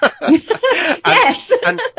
yes